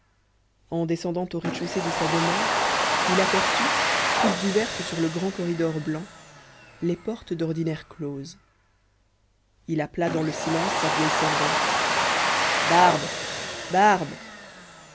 en descendant au rez-de-chaussée de sa demeure il aperçut toutes ouvertes sur le grand corridor blanc les portes d'ordinaire closes il appela dans le silence sa vieille servante barbe barbe